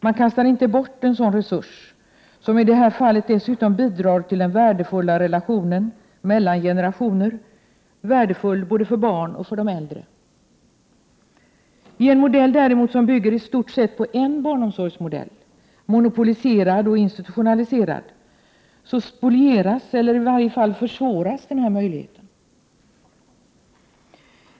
Man kastar inte bort en sådan resurs, som i det här fallet dessutom bidrar till den värdefulla relationen mellan generationer — värdefull både för barnen och för de äldre. I en modell som däremot i stort sett bygger på en enda barnomsorgsmodell, monopoliserad och institutionaliserad, spolieras eller i varje fall försvåras den möjligheten.